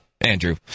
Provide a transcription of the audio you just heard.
Andrew